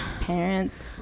parents